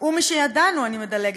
אני מדלגת,